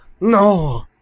no